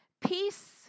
peace